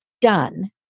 done